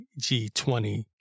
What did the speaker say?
G20